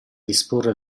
disporre